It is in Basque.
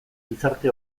gizarte